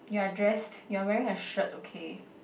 you're dressed you're wearing a shirt okay